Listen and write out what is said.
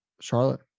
Charlotte